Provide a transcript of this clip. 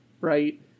right